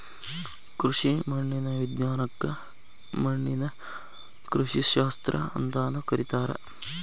ಕೃಷಿ ಮಣ್ಣಿನ ವಿಜ್ಞಾನಕ್ಕ ಮಣ್ಣಿನ ಕೃಷಿಶಾಸ್ತ್ರ ಅಂತಾನೂ ಕರೇತಾರ